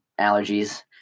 allergies